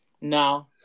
No